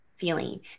Feeling